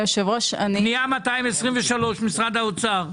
היושב ראש, אני --- פנייה 223, משרד האוצר.